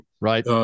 Right